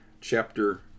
chapter